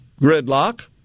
gridlock